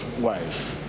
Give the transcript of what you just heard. wife